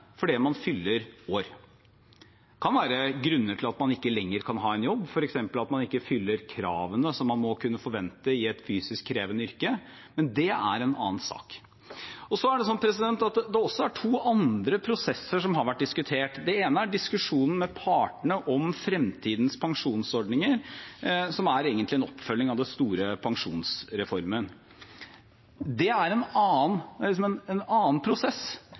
man fyller år. Det kan være grunner til at man ikke lenger kan ha en jobb, f.eks. at man ikke fyller kravene som man må kunne forvente i et fysisk krevende yrke, men det er en annen sak. Det er også to andre prosesser som har vært diskutert. Den ene er diskusjonen med partene om fremtidens pensjonsordninger, som egentlig er en oppfølging av den store pensjonsreformen. Det er en annen